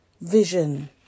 vision